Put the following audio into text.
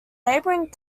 neighboring